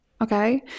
okay